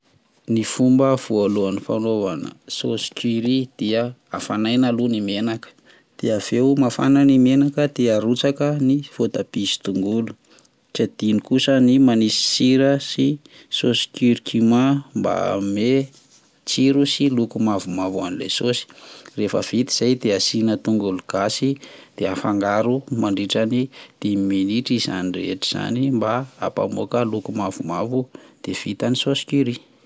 Ny fomba voalohany fanaovana saosy curry dia afanaina aloha ny menaka de aveo mafana ny menaka de arotsaka ny vaotabia sy tongolo tsy adino kosa ny manisy sira sy saosy kurkuma mba hanome tsiro sy loko mavomavo anin'ilay saosy, rehefa vita zay dia asina tongolo gasy dia afangaro mandritra ny dimy minitra izany rehetra izay mba hampamoaka loko mavomavo dia vita ny saosy curry